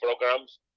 programs